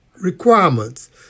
requirements